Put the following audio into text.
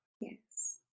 Yes